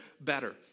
better